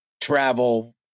travel